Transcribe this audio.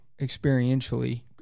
experientially